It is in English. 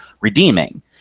redeeming